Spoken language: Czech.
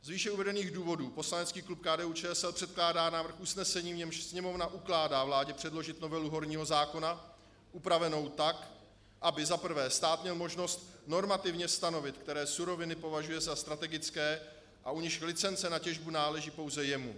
Z výše uvedených důvodů poslanecký klub KDUČSL předkládá návrh usnesení, v němž Sněmovna ukládá vládě předložit novelu horního zákona upravenou tak, aby za prvé stát měl možnost normativně stanovit, které suroviny považuje za strategické a u nichž licence na těžbu náleží pouze jemu.